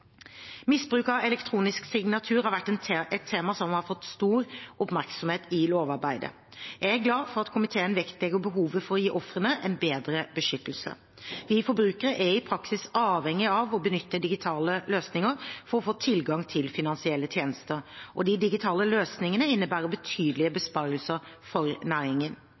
Misbruk av elektronisk signatur har vært et tema som har fått stor oppmerksomhet i lovarbeidet. Jeg er glad for at komiteen vektlegger behovet for å gi ofrene en bedre beskyttelse. Vi forbrukere er i praksis avhengige av å benytte digitale løsninger for å få tilgang til finansielle tjenester, og de digitale løsningene innebærer betydelige besparelser for næringen.